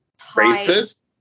Racist